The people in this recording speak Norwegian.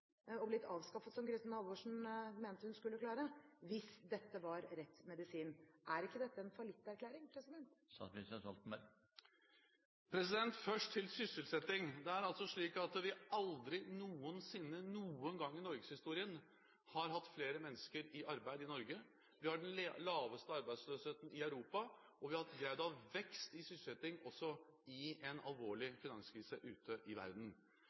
og blitt avskaffet, som Kristin Halvorsen mente hun skulle klare, hvis dette var rett medisin. Er ikke dette en fallitterklæring? Først til sysselsetting. Det er altså slik at vi aldri noensinne noen gang i norgeshistorien har hatt flere mennesker i arbeid i Norge. Vi har den laveste arbeidsløsheten i Europa, og vi har greid å ha vekst i sysselsetting også i en alvorlig finanskrise ute i verden.